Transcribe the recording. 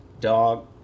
Dog